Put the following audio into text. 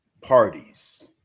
parties